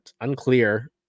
unclear